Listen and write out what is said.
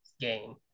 game